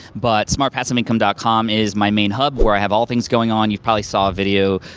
but smartpassiveincome dot com is my main hub where i have all things going on, you've probably saw a video